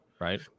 right